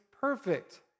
perfect